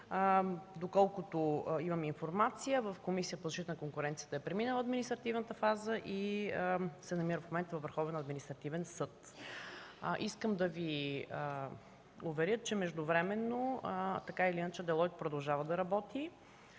доколкото имам информация, в Комисията по защита на конкуренцията е преминала административната фаза и се намират документите във Върховния административен съд. Искам да Ви уверя, че междувременно така или иначе „Делойт” продължава да работи